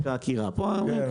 ואם זה